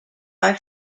are